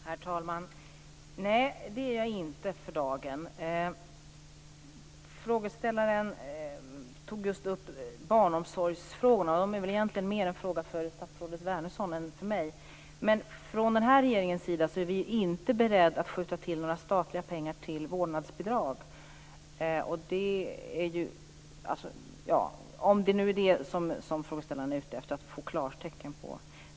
Herr talman! Nej, det är jag inte för dagen. Frågeställaren tog upp just barnomsorgsfrågorna, och de är väl egentligen mer en fråga för statsrådet Wärnersson än för mig. Men från den här regeringens sida är vi inte beredda att skjuta till några statliga pengar till vårdnadsbidrag, om det nu är det som frågeställaren är ute efter att få klartecken för.